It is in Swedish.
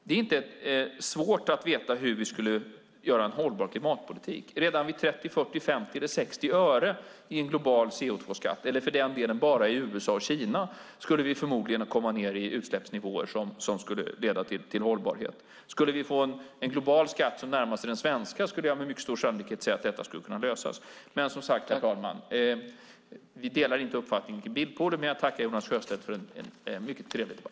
Det är inte svårt att veta hur vi skulle göra för att få en hållbar klimatpolitik. Redan vid 30, 40, 50 eller 60 öre i global CO2-skatt, eller för den delen enbart i USA och Kina, skulle vi förmodligen komma ned i utsläppsnivåer som ledde till hållbarhet. Om vi fick en global skatt som närmade sig den svenska skulle jag säga att detta med stor sannolikhet kunde lösas. Som sagt delar vi inte, herr talman, uppfattningen om bilpooler, men jag tackar Jonas Sjöstedt för en mycket trevlig debatt.